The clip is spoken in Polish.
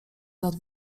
nad